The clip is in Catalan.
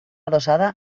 adossada